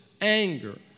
anger